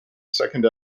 second